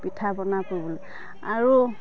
পিঠা বনাই পুৰিবলৈ আৰু